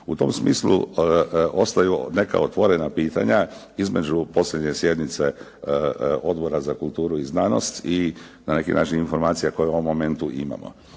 U tom smislu ostaju neka otvorena pitanja između posljednje sjednice Odbora za kulturu i znanost i na neki način informacija koju u ovom momentu imamo.